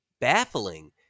baffling